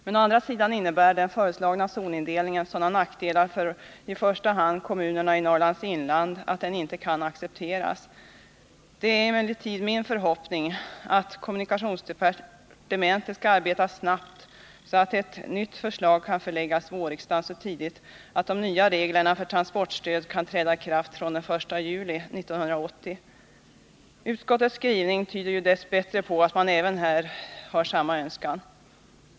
Men å andra sidan innebär den föreslagna zonindelningen sådana nackdelar för i första hand kommunerna i Norrlands inland, att den inte kan accepteras. Det är emellertid min förhoppning att kommunikationsdepartementet skall arbeta snabbt, så att ett nytt förslag kan föreläggas vårriksdagen så tidigt att de nya reglerna för transportstöd kan träda i kraft den 1 juli 1980. Utskottets skrivning tyder ju dess bättre på att man även där har samma önskan.